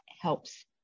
helps